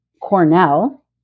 Cornell